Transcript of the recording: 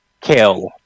kill